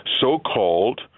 so-called